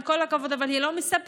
עם כל הכבוד, היא לא מספקת.